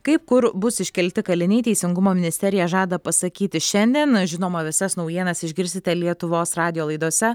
kaip kur bus iškelti kaliniai teisingumo ministerija žada pasakyti šiandien žinoma visas naujienas išgirsite lietuvos radijo laidose